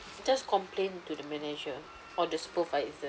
just complain to the manager or the supervisor